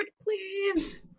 please